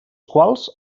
quals